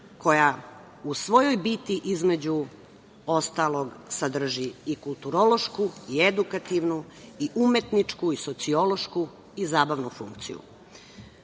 koja u svojoj biti, između ostalog, sadrži i kulturološku, i edukativnu, i umetničku, i sociološku, i zabavnu